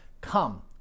come